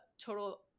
total